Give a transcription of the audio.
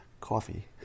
coffee